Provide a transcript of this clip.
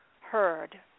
heard